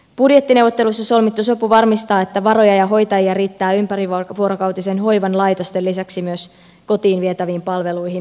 budjettineuvotteluissa solmittu sopu varmistaa että varoja ja hoitajia riittää ympärivuorokautisen hoivan laitosten lisäksi myös kotiin vietäviin palveluihin